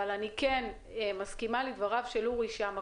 אבל אני כן מסכימה לדבריו של אורי שלפיהם